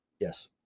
Yes